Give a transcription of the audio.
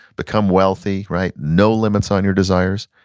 become wealthy, right? no limits on your desires,